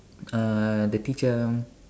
uh the teacher